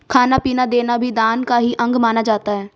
खाना पीना देना भी दान का ही अंग माना जाता है